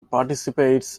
participates